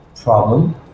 problem